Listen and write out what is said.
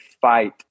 fight